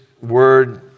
word